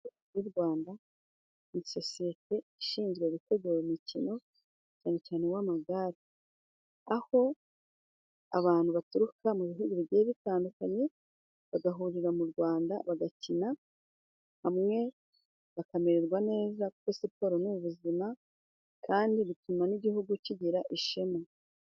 Turu di Rwanda ni sosiyete ishinzwe gutegura imikino, cyane cyane w'amagare, aho abantu baturuka mu bihugu bigiye bitandukanye, bagahurira mu Rwanda, bagakina hamwe, bakamererwa neza, kuko siporo ni ubuzima, kandi bituma n'igihugu kigira ishema.